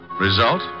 Result